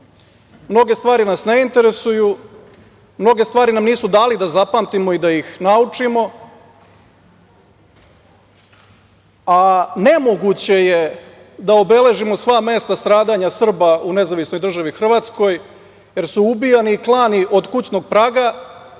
mnoge stvari nas ne interesuju, mnoge stvari nam nisu dali da zapamtimo i da ih naučimo, a nemoguće je da obeležimo svoja mesta stradanja Srba u Nezavisnoj Državi Hrvatskoj, jer su ubijani i klani od kućnog praga,